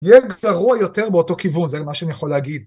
יהיה גרוע יותר באותו כיוון, זה מה שאני יכול להגיד.